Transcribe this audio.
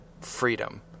freedom